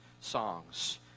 songs